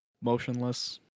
motionless